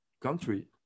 country